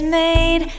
made